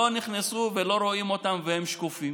לא נכנסו, לא רואים אותם והם שקופים.